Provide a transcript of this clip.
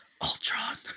Ultron